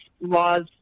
laws